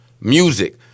music